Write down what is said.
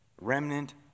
Remnant